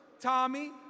Tommy